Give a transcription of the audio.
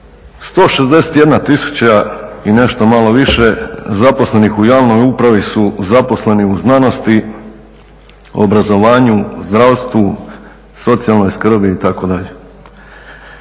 161 tisuća i nešto malo više zaposlenih u javnoj upravi su zaposleni u znanosti, obrazovanju, zdravstvu, socijalnoj skrbi itd.